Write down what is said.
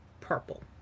purple